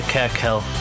Kirkhill